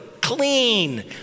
clean